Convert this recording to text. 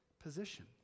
position